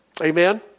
Amen